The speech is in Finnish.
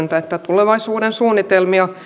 tulevaisuudensuunnitelmia